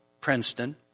Princeton